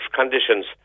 conditions